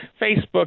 Facebook